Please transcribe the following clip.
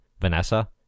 Vanessa